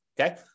Okay